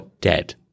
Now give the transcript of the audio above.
dead